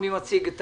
מי מציג את